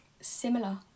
similar